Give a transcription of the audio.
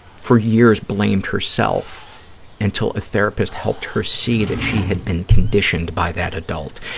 for years, blamed herself until a therapist helped her see that she had been conditioned by that adult.